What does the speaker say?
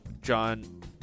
John